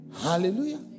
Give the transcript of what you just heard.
Hallelujah